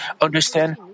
understand